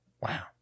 Wow